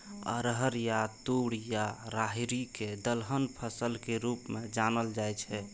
अरहर या तूर या राहरि कें दलहन फसल के रूप मे जानल जाइ छै